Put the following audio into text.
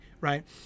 Right